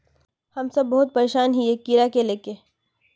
हम सब बहुत परेशान हिये कीड़ा के ले के?